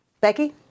Becky